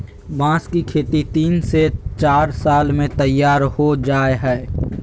बांस की खेती तीन से चार साल में तैयार हो जाय हइ